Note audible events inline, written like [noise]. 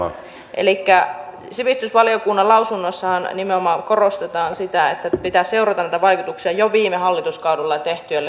elikkä sivistysvaliokunnan lausunnossahan nimenomaan korostetaan sitä että pitää seurata niitä vaikutuksia jo viime hallituskaudella tehtyjen [unintelligible]